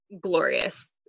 glorious